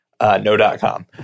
no.com